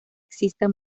exista